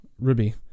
Ruby